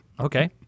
Okay